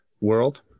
world